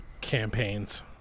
campaigns